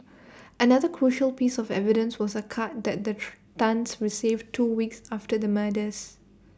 another crucial piece of evidence was A card that the Tans received two weeks after the murders